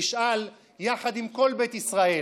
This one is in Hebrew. נשאל יחד עם כל בית ישראל: